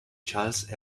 charles